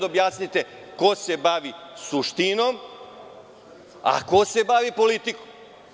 Objasnite mi ko se bavi suštinom, a ko se bavi politikom?